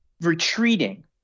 retreating